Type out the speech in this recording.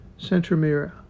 Centromere